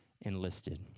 enlisted